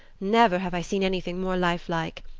never have i seen anything more lifelike.